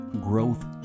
growth